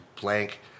blank